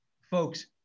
folks